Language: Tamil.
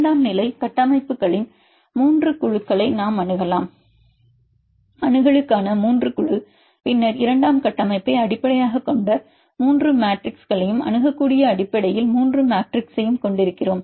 இரண்டாம் நிலை கட்டமைப்புகளின் 3 குழுக்களை நாம் அணுகலாம் அணுகலுக்கான 3 குழு பின்னர் இரண்டாம் கட்டமைப்பை அடிப்படையாகக் கொண்ட 3 மேட்ரிக்ஸையும் அணுகக்கூடிய அடிப்படையில் 3 மேட்ரிக்ஸையும் கொண்டிருக்கிறோம்